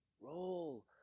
Roll